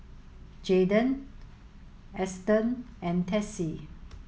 Eston and Tessie